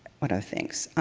what other things?